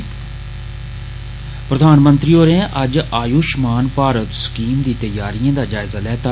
प्रधानमंत्री होरें अज्ज आयूश्मान भारत स्कीम दी तैयारियां दा जायज़ा लैता